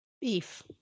Beef